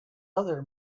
other